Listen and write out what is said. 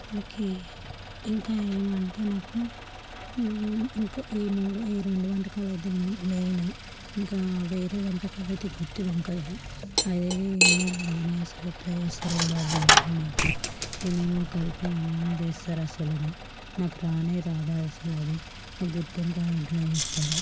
మనకి ఇంకా ఏమంటే నాకు ఇంకా ఈ మూడు ఈ రెండు వంటకాలైతే మెయిను ఇంకా వేరే వంటకాలైతే గుత్తి వంకాయ అది అసలు ఎట్లా చేస్తారో కూడా అర్థంకాదు నాకు ఏమేమో కలిపి ఏమేమో చేస్తారు అసలు అది నాకు రానే రాదు అసలు అది ఆ గుత్తొంకాయ ఇంట్లో చేస్తారు